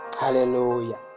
Hallelujah